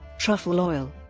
truffle oil